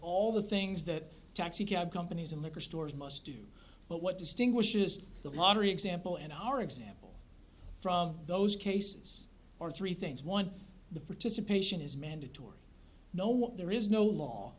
all the things that taxi cab companies and liquor stores must do but what distinguishes the lottery example and our example from those cases are three things one the participation is mandatory know what there is no law